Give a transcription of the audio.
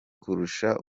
kurusha